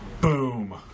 Boom